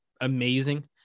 amazing